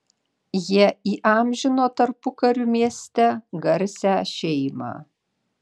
jie įamžino tarpukariu mieste garsią šeimą